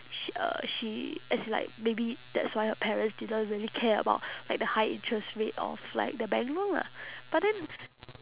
sh~ uh she as in like maybe that's why her parents didn't really care about like the high interest rate of like the bank loan lah but then